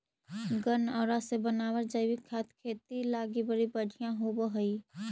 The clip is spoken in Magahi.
गनऔरा से बनाबल जैविक खाद खेती लागी बड़ी बढ़ियाँ होब हई